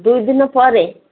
ଦୁଇ ଦିନ ପରେ